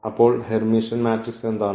അപ്പോൾ Hermitian matrix എന്താണ്